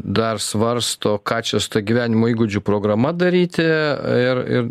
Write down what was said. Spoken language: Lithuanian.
dar svarsto ką čia su ta gyvenimo įgūdžių programa daryti ir ir